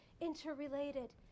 interrelated